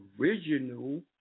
original